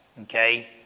Okay